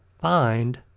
find